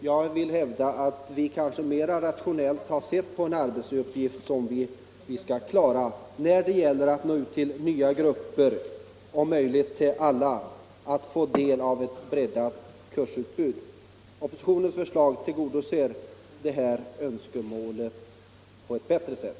Jag vill hävda att vi mera rationellt har sett på uppgiften att nå ut till nya grupper och ge möjlighet för alla att få del av ett breddat kursutbud. Oppositionens förslag tillgodoser detta önskemål på ett bättre sätt.